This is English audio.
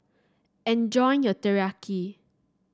enjoy your Teriyaki